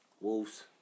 Wolves